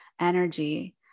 energy